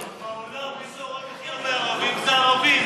השר, בעולם מי שהורג הכי הרבה ערבים זה ערבים.